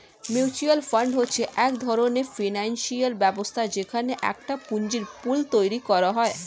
mutual fund হচ্ছে এক ধরণের ফিনান্সিয়াল ব্যবস্থা যেখানে একটা পুঁজির পুল তৈরী করা হয়